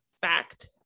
fact